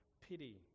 pity